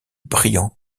brillants